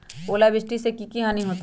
ओलावृष्टि से की की हानि होतै?